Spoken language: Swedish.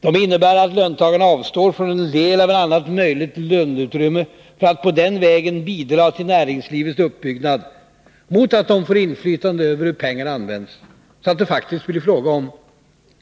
Det innebär att löntagarna avstår en del av annars möjligt löneutrymme för att den vägen bidra till näringslivets uppbyggnad, mot att de får inflytande över hur pengarna används, så att det faktiskt blir fråga om